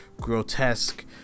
grotesque